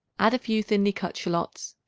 add a few thinly cut shallots.